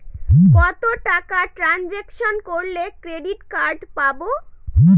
কত টাকা ট্রানজেকশন করলে ক্রেডিট কার্ড পাবো?